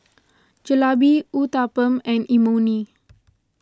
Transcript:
Jalebi Uthapam and Imoni